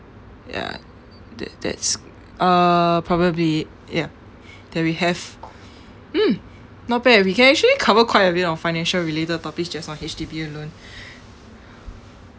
ya that that's uh probably ya that we have mm not bad we can actually cover quite a bit of financial related topics just on H_D_B alone